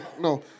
no